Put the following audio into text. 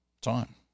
time